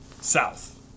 South